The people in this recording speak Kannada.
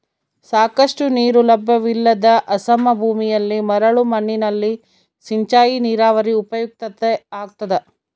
ಸಾಕಷ್ಟು ನೀರು ಲಭ್ಯವಿಲ್ಲದ ಅಸಮ ಭೂಮಿಯಲ್ಲಿ ಮರಳು ಮಣ್ಣಿನಲ್ಲಿ ಸಿಂಚಾಯಿ ನೀರಾವರಿ ಉಪಯುಕ್ತ ಆಗ್ತದ